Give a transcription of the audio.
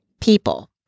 people